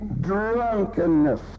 drunkenness